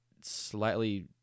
slightly